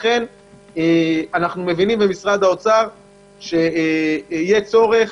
לכן אנחנו מבינים במשרד האוצר שיהיה צורך